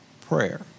prayer